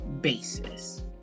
basis